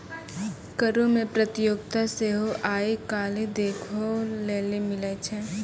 करो मे प्रतियोगिता सेहो आइ काल्हि देखै लेली मिलै छै